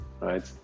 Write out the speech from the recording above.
Right